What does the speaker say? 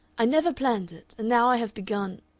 i never planned it and now i have begun